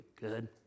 Good